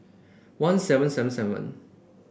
one seven seven seven